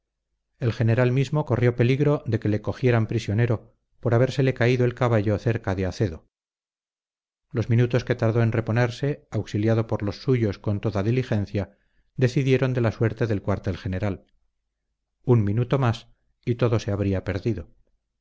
el general mismo corrió peligro de que le cogieran prisionero por habérsele caído el caballo cerca de acedo los minutos que tardó en reponerse auxiliado por los suyos con toda diligencia decidieron de la suerte del cuartel general un minuto más y todo se habría perdido